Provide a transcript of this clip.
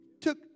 took